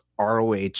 ROH